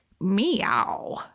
Meow